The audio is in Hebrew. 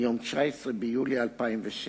מיום 19 ביולי 2006,